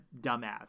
dumbass